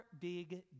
big